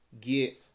get